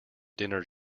dinner